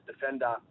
defender